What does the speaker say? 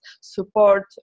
support